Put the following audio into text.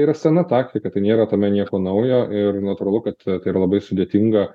tai yra sena taktika tai nėra tame nieko naujo ir natūralu kad tai yra labai sudėtinga